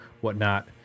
whatnot